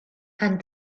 and